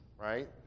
right